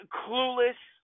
clueless